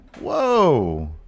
Whoa